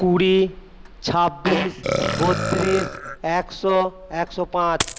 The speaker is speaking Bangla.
কুড়ি ছাব্বিশ বত্রিশ একশো একশো পাঁচ